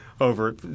over—